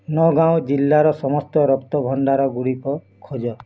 ନଗାଓଁ ଜିଲ୍ଲାର ସମସ୍ତ ରକ୍ତ ଭଣ୍ଡାରଗୁଡ଼ିକ ଖୋଜ